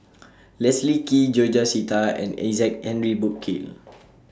Leslie Kee George Sita and Isaac Henry Burkill